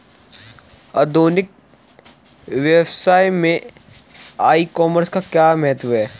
आधुनिक व्यवसाय में ई कॉमर्स का क्या महत्व है?